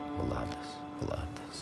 vladas vladas